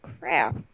crap